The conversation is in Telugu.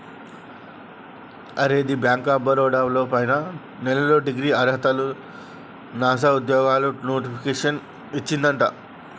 అరే ది బ్యాంక్ ఆఫ్ బరోడా లో పైన నెలలో డిగ్రీ అర్హతతో సానా ఉద్యోగాలు నోటిఫికేషన్ వచ్చిందట